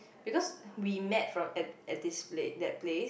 because we met from at at this pla~ that place